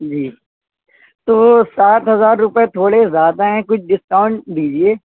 جی تو سات ہزار روپے تھوڑے زیادہ ہیں کچھ ڈسکاؤنٹ دیجیے